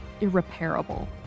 irreparable